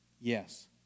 Yes